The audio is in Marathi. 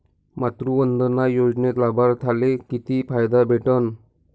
मातृवंदना योजनेत लाभार्थ्याले किती फायदा भेटन?